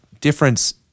difference